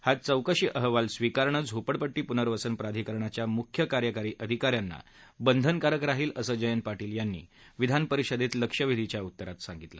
हा चौकशी अहवाल स्वीकारणं झोपडपट्टी पूनर्वसन प्रधिकरणाच्या मुख्य कार्यकारी अधिका यांना बंधनकारक राहील असं जयंत पाटील यांनी विधान परिषदेत लक्षवेधीच्या उत्तरात सांगितलं